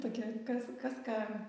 tokia kas kas ką